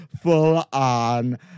full-on